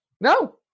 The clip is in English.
no